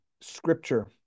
scripture